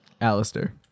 Alistair